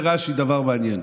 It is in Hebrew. אומר רש"י דבר מעניין.